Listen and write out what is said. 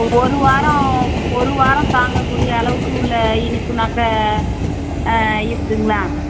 ஒரு வாரம் ஒரு வாரம் தாங்கக் கூடிய அளவுக்கு உள்ள இனிப்புன்னாக்க ஆ இருக்குதுங்களா